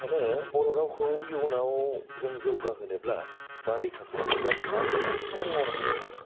आं सानो बर'रावखौ इउनाव जों जौगा होनोब्ला बा रैखा खालामनोबा जोंहा गोबां खमानि मावनांगौ दं आरखि